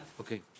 Okay